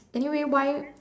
anyway why